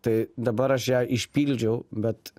tai dabar aš ją išpildžiau bet